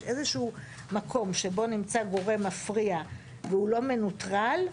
איזשהו מקום שבו נמצא גורם מפריע והוא לא מנוטרל,